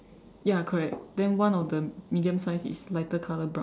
ya correct then one of the medium size is lighter color brown